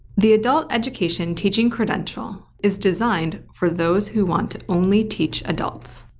the adult education teaching credential is designed for those who want to only teach adults.